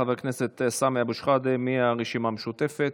חבר הכנסת סמי אבו שחאדה מהרשימה המשותפת.